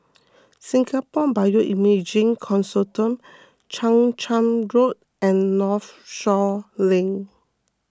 Singapore Bioimaging Consortium Chang Charn Road and Northshore Link